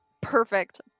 perfect